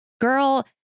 girl